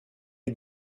est